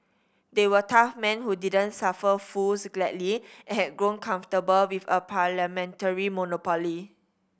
they were tough men who didn't suffer fools gladly and had grown comfortable with a parliamentary monopoly